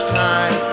time